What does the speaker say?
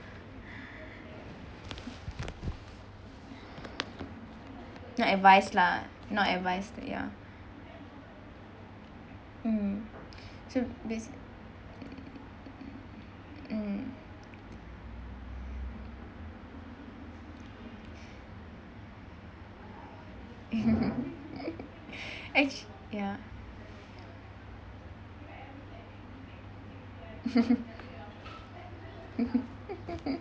not advice lah not advice ya mm so bas~ mm actu~ ya